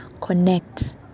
connect